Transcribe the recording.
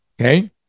okay